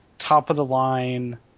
top-of-the-line